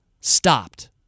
stopped